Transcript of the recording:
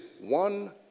one